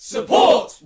Support